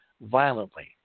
violently